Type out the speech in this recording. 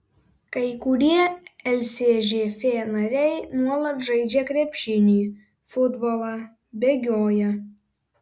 kai kurie lsžf nariai nuolat žaidžia krepšinį futbolą bėgioja